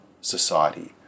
society